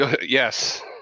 yes